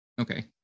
Okay